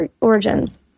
Origins